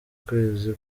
kwezi